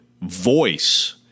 voice